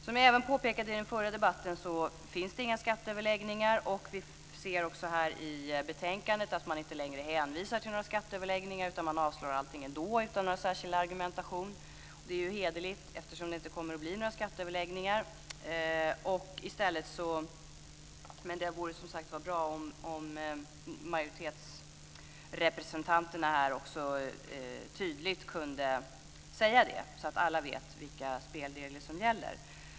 Som jag även påpekade i den förra debatten finns det inga skatteöverläggningar, och vi ser också i betänkandet att man inte längre hänvisar till några skatteöverläggningar, utan man avstyrker allt ändå utan någon särskild argumentation. Det är ju hederligt, eftersom det inte kommer att bli några skatteöverläggningar. Men det vore bra om majoritetsrepresentanterna här också tydligt kunde säga det, så att alla vet vilka spelregler som gäller.